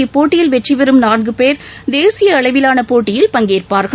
இப்போட்டியில் வெற்றிபெறும் நான்குபேர் தேசியஅளவிலானபோட்டியில் பங்கேற்பார்கள்